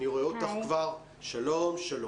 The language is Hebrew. שלום, שלום.